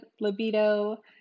libido